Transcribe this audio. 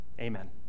Amen